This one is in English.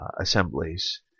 assemblies